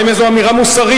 מה עם איזו אמירה מוסרית,